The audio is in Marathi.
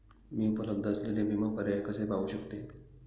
मी उपलब्ध असलेले विमा पर्याय कसे पाहू शकते?